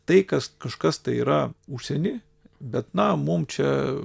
tai kas kažkas tai yra užsieny bet na mum čia